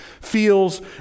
feels